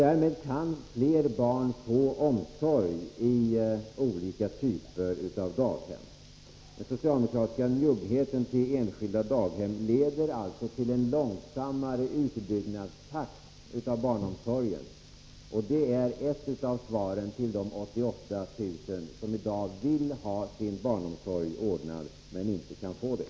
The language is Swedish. Därmed kan fler barn få omsorg i olika typer av daghem. Den socialdemokratiska njuggheten till enskilda daghem leder alltså till en långsammare utbyggnadstakt av barnomsorgen. Detta är ett av svaren till de 88 000 som i dag vill ha sin barnomsorg ordnad, men inte kan få det.